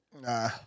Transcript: Nah